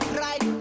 right